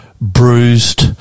bruised